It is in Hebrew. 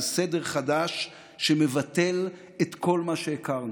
זה סדר חדש שמבטל את כל מה שהכרנו.